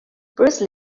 bruce